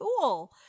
cool